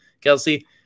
Kelsey